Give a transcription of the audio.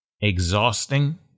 exhausting